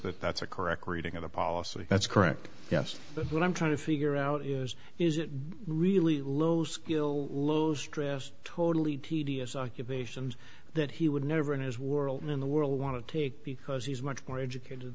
that that's a correct reading of the policy that's correct yes but what i'm trying to figure out is is it really low skill low stress totally tedious occupations that he would never in his world in the world want to take because he's much more educated